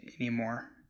anymore